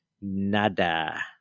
nada